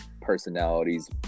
personalities